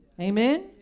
Amen